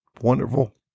wonderful